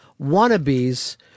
wannabes